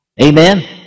Amen